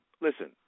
Listen